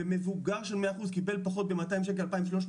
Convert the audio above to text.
ומבוגר של 100% קיבל 200 שקל פחות 2,300,